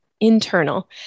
internal